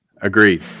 Agreed